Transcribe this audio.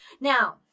now